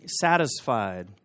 satisfied